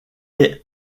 est